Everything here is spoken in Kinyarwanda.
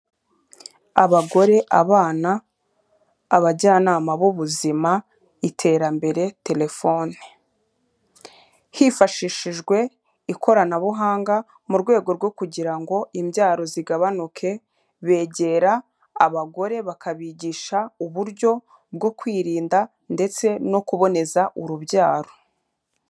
Abagore, abana, abajyanama b'ubuzima, iterambere, telefone. Hifashishijwe ikoranabuhanga mu rwego rwo kugira ngo imbyaro zigabanuke, begera abagore bakabigisha uburyo bwo kwirinda ndetse no kuboneza urubyaro.